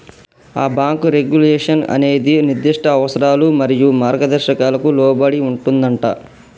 ఆ bank regulation అనేది నిర్దిష్ట అవసరాలు మరియు మార్గదర్శకాలకు లోబడి ఉంటుందంటా